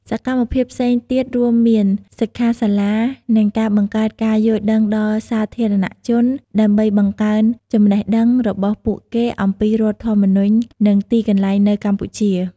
សកម្មភាពផ្សេងទៀតរួមមានសិក្ខាសាលា និងការបង្កើតការយល់ដឹងដល់សាធារណជន ដើម្បីបង្កើនចំណេះដឹងរបស់ពួកគេអំពីរដ្ឋធម្មនុញ្ញ និងទីកន្លែងនៅកម្ពុជា។